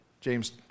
James